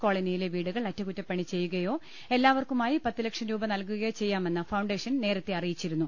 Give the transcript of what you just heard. കോളനിയിലെ വീടുകൾ അറ്റകുറ്റ പ്പണി ചെയ്യുകയോ എല്ലാവർക്കുമായി പത്തുലക്ഷംരൂപ നൽകുകയോ ചെയ്യാമെന്ന് ഫൌണ്ടേഷൻ നേരത്തെ അറിയിച്ചിരുന്നു